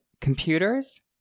Computers